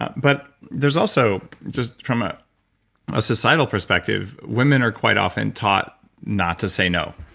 ah but there's also, just from a societal perspective, women are quite often taught not to say no.